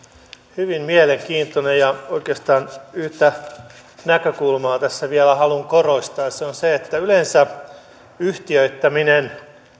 hyvin mielenkiintoinen ja oikeastaan yhtä näkökulmaa tässä vielä haluan korostaa se on se että yleensä yhtiöittäminen